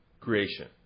creation